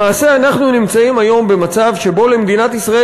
למעשה אנחנו נמצאים היום במצב שבו למדינת ישראל